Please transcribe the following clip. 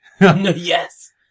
Yes